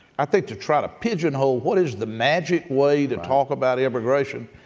i think to try to pigeonhole what is the magic way to talk about immigration,